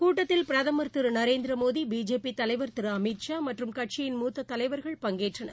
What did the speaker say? கூட்டத்தில் பிரதமர் திரு நரேந்திர மோடி பிஜேபி தலைவர் திரு அமீத்ஷா மற்றும் கட்சியின் மூத்த தலைவர்கள் பங்கேற்றனர்